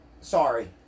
Sorry